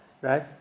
right